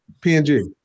PNG